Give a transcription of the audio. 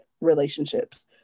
relationships